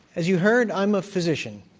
as you heard, i am a physician.